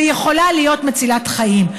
ויכולה להיות מצילת חיים?